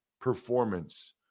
performance